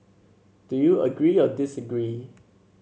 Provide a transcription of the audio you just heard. do you agree or disagree